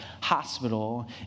Hospital